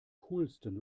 coolsten